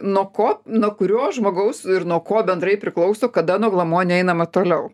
nuo ko nuo kurio žmogaus ir nuo ko bendrai priklauso kada nuo glamonių einama toliau